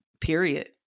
period